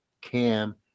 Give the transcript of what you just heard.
cam